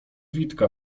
witka